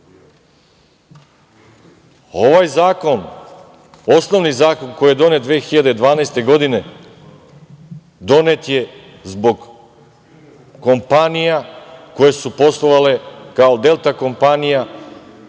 zakon, osnovni zakon koji je donet 2012. godine, donet je zbog kompanija koje su poslovale kao „Delta kompanija“